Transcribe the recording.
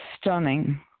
stunning